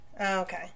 Okay